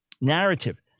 narrative